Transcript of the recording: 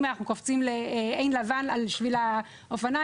אמא אנחנו קופצים לעין לבן על שביל האופנים,